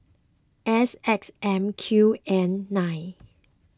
S X M Q N nine